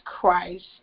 Christ